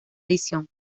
edición